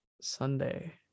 Sunday